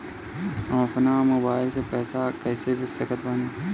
हम अपना मोबाइल से पैसा कैसे भेज सकत बानी?